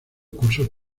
cursos